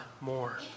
more